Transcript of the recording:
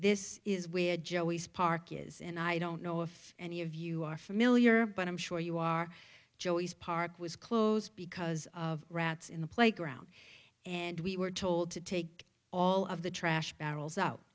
this is where joeys park is and i don't know if any of you are familiar but i'm sure you are joey's park was closed because of rats in the playground and we were told to take all of the trash barrels out